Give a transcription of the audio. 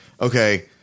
okay